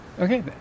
Okay